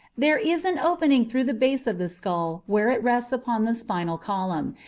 there is an opening through the base of the skull where it rests upon the spinal column,